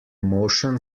motion